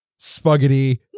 spuggety